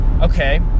okay